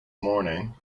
morning